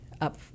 up